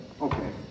okay